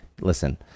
listen